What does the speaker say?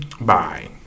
bye